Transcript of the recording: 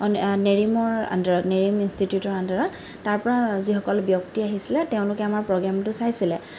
নেৰিমৰ আন্দাৰত নেৰিম ইন্সটিটিউটৰ আন্দাৰত তাৰপৰা যিসকল ব্যক্তি আহিছিলে তেওঁলাকে আমাৰ প্ৰগ্ৰেমটো চাইছিলে